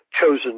chosen